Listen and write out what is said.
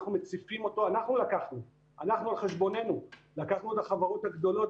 אנחנו על חשבוננו לקחנו את החברות הגדולות